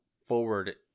forward